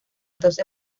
doce